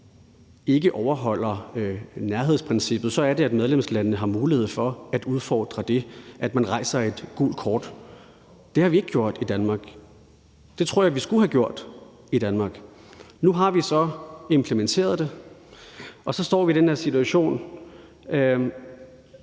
ikke overholder nærhedsprincippet, så er det, at medlemslandene har mulighed for at udfordre det; at vise et gult kort. Det har vi ikke gjort i Danmark. Det tror jeg vi skulle have gjort i Danmark. Nu har vi så implementeret det, og så står vi i den her situation,